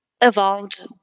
evolved